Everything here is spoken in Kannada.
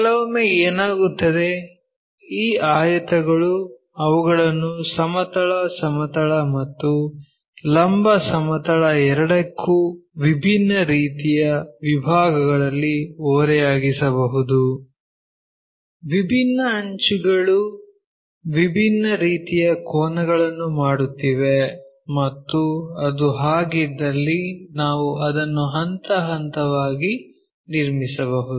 ಕೆಲವೊಮ್ಮೆ ಏನಾಗುತ್ತದೆ ಈ ಆಯತಗಳು ಅವುಗಳನ್ನು ಸಮತಲ ಸಮತಲ ಮತ್ತು ಲಂಬ ಸಮತಲ ಎರಡಕ್ಕೂ ವಿಭಿನ್ನ ರೀತಿಯ ವಿಭಾಗಗಳಲ್ಲಿ ಓರೆಯಾಗಿಸಬಹುದು ವಿಭಿನ್ನ ಅಂಚುಗಳು ವಿಭಿನ್ನ ರೀತಿಯ ಕೋನಗಳನ್ನು ಮಾಡುತ್ತಿವೆ ಮತ್ತು ಅದು ಹಾಗಿದ್ದಲ್ಲಿ ನಾವು ಅದನ್ನು ಹಂತ ಹಂತವಾಗಿ ನಿರ್ಮಿಸಬಹುದು